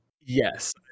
yes